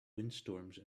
windstorms